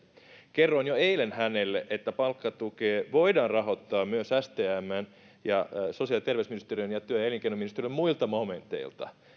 kerroin jo eilen hänelle että palkkatukea voidaan rahoittaa myös stmn sosiaali ja terveysministeriön ja työ ja elinkeinoministeriön muilta momenteilta